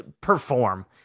perform